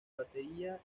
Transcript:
batería